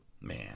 Man